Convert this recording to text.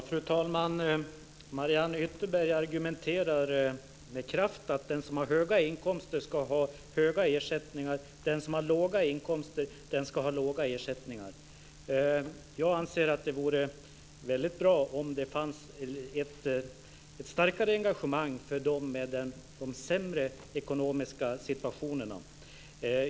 Fru talman! Mariann Ytterberg argumenterar med kraft för att den som har höga inkomster ska ha höga ersättningar och att den som har låga inkomster ska ha låga ersättningar. Jag anser att det vore väldigt bra om det fanns ett starkare engagemang för dem som har en sämre ekonomisk situation.